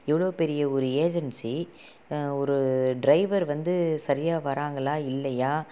இவ்வளோ பெரிய ஒரு ஏஜென்சி ஒரு ட்ரைவர் வந்து சரியா வராங்களா இல்லையா